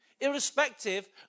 Irrespective